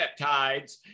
peptides